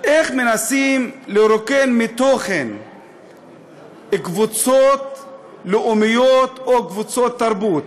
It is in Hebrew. איך מנסים לרוקן מתוכן קבוצות לאומיות או קבוצות תרבות.